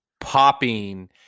Popping